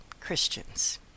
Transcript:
Christians